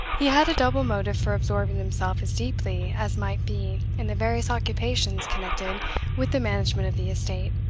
he had a double motive for absorbing himself as deeply as might be in the various occupations connected with the management of the estate.